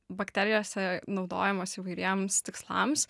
bakterijose naudojamos įvairiems tikslams